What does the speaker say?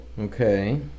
Okay